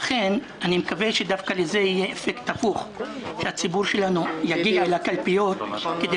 אני מקווה שיהיה לזה אפקט הפוך שהציבור שלנו יגיע לקלפיות כדי